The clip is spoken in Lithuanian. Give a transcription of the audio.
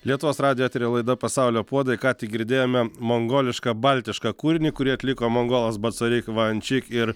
lietuvos radijo etery laida pasaulio puodai ką tik girdėjome mongolišką baltišką kūrinį kurį atliko mongolas bocarig van čik ir